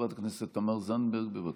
חברת הכנסת תמר זנדברג, בבקשה.